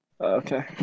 okay